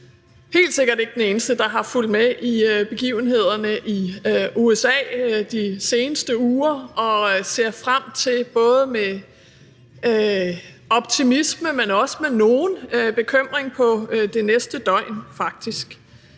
helt sikkert ikke den eneste – der har fulgt med i begivenhederne i USA de seneste uger, og jeg ser frem til, både med optimisme, men faktisk også med nogen bekymring på det næste døgn.